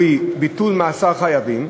ביטול מאסר חייבים,